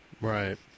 Right